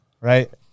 right